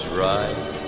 right